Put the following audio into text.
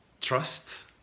trust